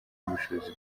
n’ubushobozi